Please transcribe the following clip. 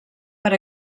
per